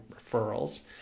referrals